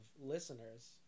listeners